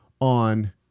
on